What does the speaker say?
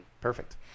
Perfect